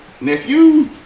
nephew